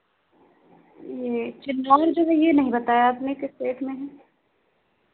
ये चिन्नौर जो है ये नहीं बताया आपने किस रेट में है